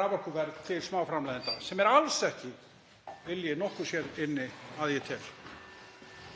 raforkuverð til smáframleiðenda sem er alls ekki vilji nokkurs hér inni, að ég tel.